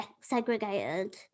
segregated